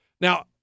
now